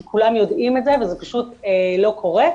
כי כולם יודעים את זה וזה פשוט לא קורה.